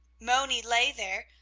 moni lay there,